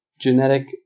genetic